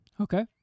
Okay